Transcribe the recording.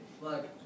look